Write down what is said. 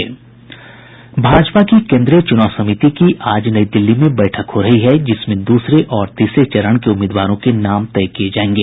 भाजपा की केन्द्रीय चुनाव समिति की आज नई दिल्ली में बैठक हो रही है जिसमें द्रसरे और तीसरे चरण के उम्मीदवारों के नाम तय किये जायेंगे